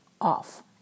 off